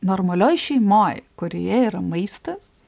normalioj šeimoj kurioje yra maistas